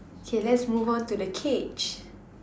K let's move on to the cage